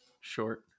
short